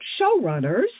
showrunners